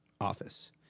office